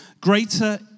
greater